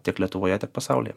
tiek lietuvoje tiek pasaulyje